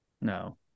No